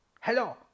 Hello